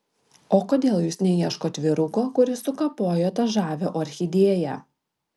o kodėl jūs neieškot vyruko kuris sukapojo tą žavią orchidėją